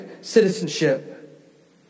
citizenship